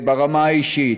ברמה האישית.